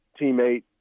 Teammate